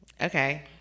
Okay